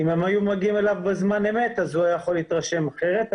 אם הם היו מגיעים אליו בזמן אמת הוא היה יכול להתרשם אחרת,